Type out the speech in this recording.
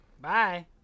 Bye